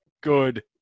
Good